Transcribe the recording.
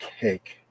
cake